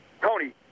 Tony